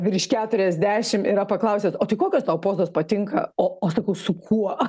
virš keturiasdešim yra paklausęs o tai kokios tau pozos patinka o sakau su kuo